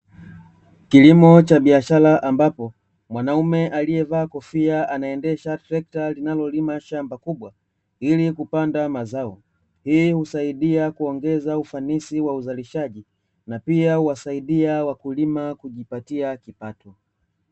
KIlimo cha biashara, ambapo mwanaume aliyavaa kofia anaendesha trekta linalolima shamba kubwa ili kupanda mazao. Hii husaidia kuongeza ufanisi wa uzalishaji, na pia huwasaidia wakulima kujipatia kipato.